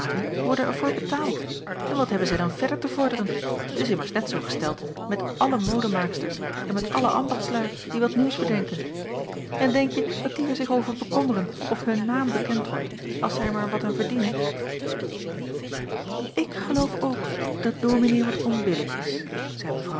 worden er voor betaald en wat hebben zij dan verder te vorderen t is immers net zoo gesteld met alle modemaaksters en met alle ambachtslui die wat nieuws bedenken jacob van ennep laasje evenster n denkje dat die er zich over bekommeren of hun naam bekend wordt als zij er maar wat aan verdienen ik geloof ook dat dominee wat onbillijk is zeî